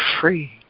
free